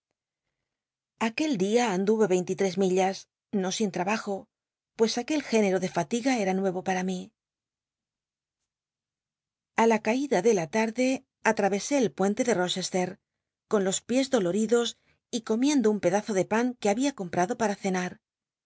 aquel día mdu e cinte y tres millas no sin lrahajo pues aquel género de fatiga era nuc o para mi a la ca ida de la tarde atravesé el puente de nochcste con los piés doloridos y comiendo un pedazo de an que babia comprado para cena